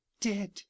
Dead